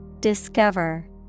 Discover